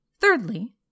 Thirdly